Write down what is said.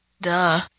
Duh